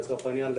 לצורך העניין,